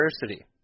diversity